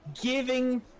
giving